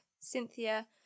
Cynthia